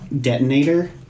detonator